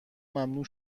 ممنوع